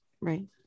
Right